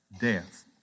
death